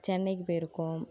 சென்னைக்கு போயிருக்கோம்